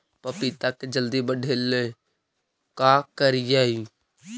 पपिता के जल्दी बढ़े ल का करिअई?